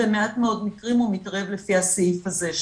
במעט מאוד מקרים הוא מתערב לפי הסעיף הזה,